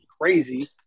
crazy